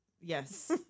Yes